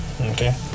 okay